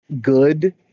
good